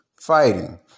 fighting